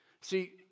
See